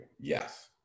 Yes